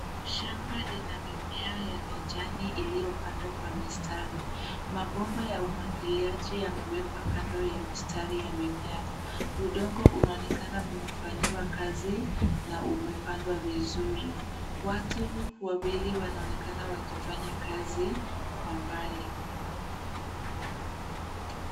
Shamba lina mimea ya kijani iliyopandwa kwa mistari mabomba ya umwagiliaji yamewekwa kando ya mistari ya mimea. udongo unaonekana umefanyiwa kazi na umepandwa vizuri. Watu wawili wanaonekana wakifanya kazi kwa mbali.